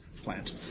plant